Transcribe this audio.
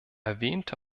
erwähnte